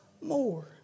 more